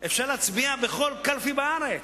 אפשר להצביע בכל קלפי בארץ.